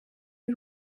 y’u